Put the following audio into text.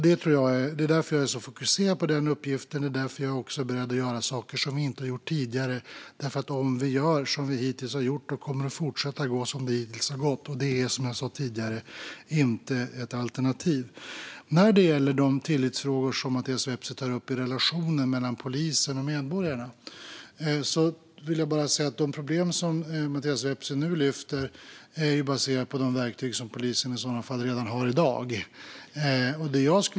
Det är därför jag är så fokuserad på den uppgiften och också är beredd att göra saker som vi inte har gjort tidigare. Om vi gör som vi hittills har gjort kommer det att fortsätta att gå som det hittills har gått. Det är, som jag sa tidigare, inte ett alternativ. När det gäller de tillitsfrågor som Mattias Vepsä tar upp i relationen mellan polisen och medborgarna är de problem som Mattias Vepsä nu lyfter fram baserade på de verktyg som polisen redan har i dag.